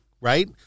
right